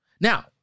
Now